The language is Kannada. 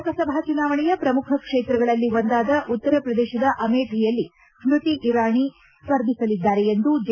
ಲೋಕಸಭಾ ಚುನಾವಣೆಯ ಪ್ರಮುಖ ಕ್ಷೇತ್ರಗಳಲ್ಲಿ ಒಂದಾದ ಉತ್ತರ ಪ್ರದೇಶದ ಅಮೇಠಿಯಲ್ಲಿ ಸ್ಮೃತಿ ಇರಾನಿ ಸ್ಪರ್ಧಿಸಲಿದ್ದಾರೆ ಎಂದು ಜೆ